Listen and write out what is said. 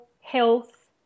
health